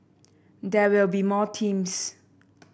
there will be more teams